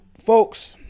Folks